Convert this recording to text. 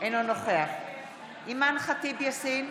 כפי שציינת?